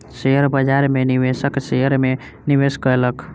share बाजार में निवेशक शेयर में निवेश कयलक